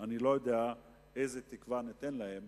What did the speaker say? אני לא יודע איזו תקווה ניתן להם